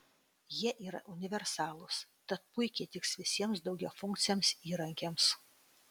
jie yra universalūs tad puikiai tiks visiems daugiafunkciams įrankiams